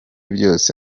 byose